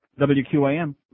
WQAM